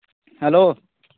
hello